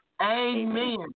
Amen